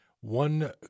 One